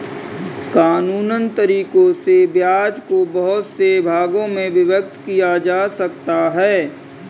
कानूनन तरीकों से ब्याज को बहुत से भागों में विभक्त किया जा सकता है